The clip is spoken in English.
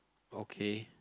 okay